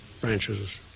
branches